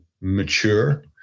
mature